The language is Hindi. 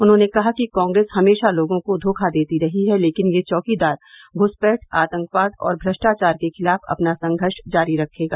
उन्होंने कहा कि कांग्रेस हमेशा लोगों को धोखा देती रही है लेकिन यह चौकीदार घ्सपैठ आतंकवाद और भ्रष्टाचार के खिलाफ अपना संघर्ष जारी रखेगा